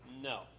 No